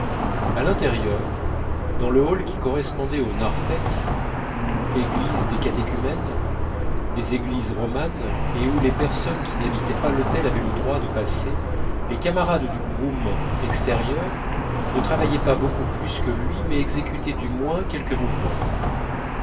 à l'intérieur dans le hall qui correspondait au narthex ou église des catéchumènes des églises romanes et où les personnes qui n'habitaient pas l'hôtel avaient le droit de passer les camarades du groom extérieur ne travaillaient pas beaucoup plus que lui mais exécutaient du moins quelques mouvements